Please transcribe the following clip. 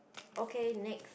okay next